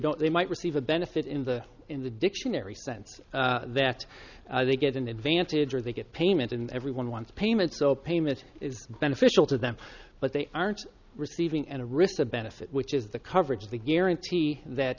don't they might receive a benefit in the in the dictionary sense that they get an advantage or they get payment and everyone wants payment so payment is beneficial to them but they aren't receiving and a risk to benefit which is the coverage the guarantee that